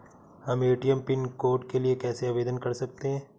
हम ATM pin code के लिए कैसे आवेदन कर सकते हैं?